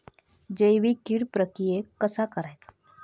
जैविक कीड प्रक्रियेक कसा करायचा?